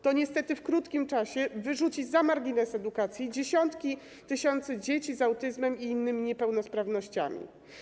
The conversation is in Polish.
To niestety w krótkim czasie wyrzuci na margines edukacji dziesiątki tysięcy dzieci z autyzmem i innymi niepełnosprawnościami.